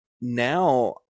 now